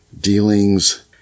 dealings